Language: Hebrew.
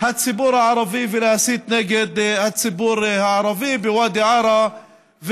הציבור הערבי ולהסית נגד הציבור הערבי בוואדי עארה,